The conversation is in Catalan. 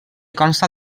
consta